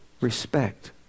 Respect